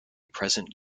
present